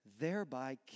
thereby